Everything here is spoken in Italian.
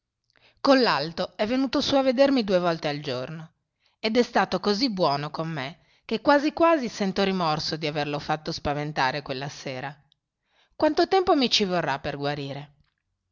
sudavo collalto è venuto su a vedermi due volte al giorno ed è stato così buono con me che quasi quasi sento rimorso di averlo fatto spaventare quella sera quanto tempo mi ci vorrà per guarire